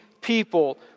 people